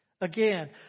Again